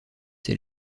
ses